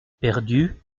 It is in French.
perdu